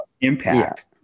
impact